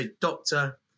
doctor